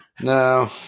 no